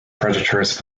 predators